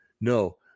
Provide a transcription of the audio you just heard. no